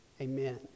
Amen